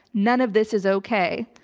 none of this is okay.